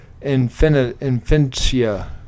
Infinitia